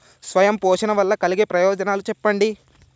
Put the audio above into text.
స్వయం పోషణ వల్ల కలిగే ప్రయోజనాలు చెప్పండి?